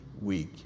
week